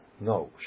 No